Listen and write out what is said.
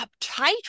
uptight